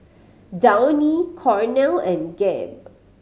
Downy Cornell and Gap